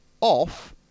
off